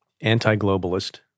anti-globalist